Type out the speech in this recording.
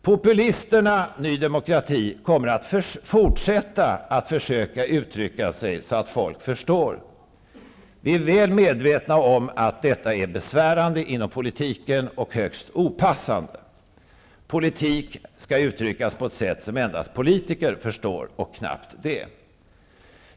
Populisterna i Ny demokrati kommer att fortsätta att försöka uttrycka sig så att folk förstår. Vi är väl medvetna om att detta är besvärande inom politiken och högst opassande. Politik skall uttryckas på ett sätt som endast politiker förstår -- och knappt det.